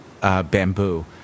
bamboo